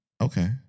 Okay